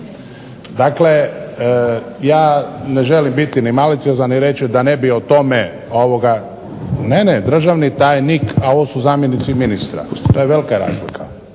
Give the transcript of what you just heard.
Dakle, ja ne želim biti ni maliciozan ni reći da ne bi o tome… …/Upadica se ne razumije./… Ne, ne, državni tajnik, a ovo su zamjenici ministra, to je velika razlika.